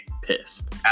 pissed